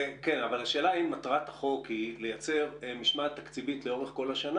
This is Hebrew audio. --- השאלה היא אם מטרת החוק היא לייצר משמעת תקציבית לכל השנה